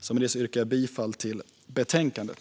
Med detta yrkar jag bifall till utskottets förslag i betänkandet.